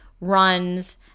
runs